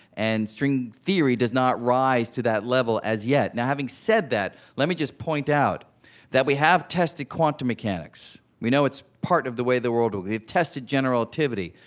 and string theory does not rise to that level as yet now, having said that, let me just point out that we have tested quantum mechanics. we know it's part of the way the world we have have tested general relativity.